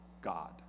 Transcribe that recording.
God